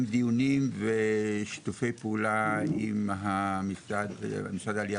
דיונים ושיתופי פעולה עם משרד העלייה